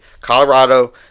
Colorado